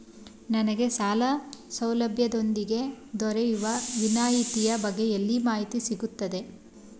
ನನಗೆ ಸಾಲ ಸೌಲಭ್ಯದೊಂದಿಗೆ ದೊರೆಯುವ ವಿನಾಯತಿಯ ಬಗ್ಗೆ ಎಲ್ಲಿ ಮಾಹಿತಿ ಸಿಗುತ್ತದೆ?